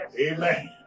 Amen